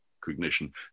cognition